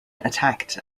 attacked